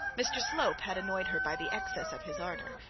mr slope had annoyed her by the excess of his ardour.